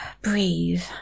breathe